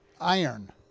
iron